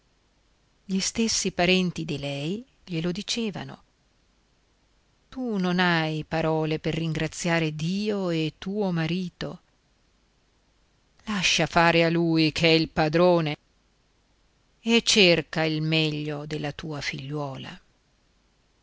gli stessi parenti di lei glielo dicevano tu non hai parole per ringraziare dio e tuo marito lascia fare a lui ch'è il padrone e cerca il meglio della tua figliuola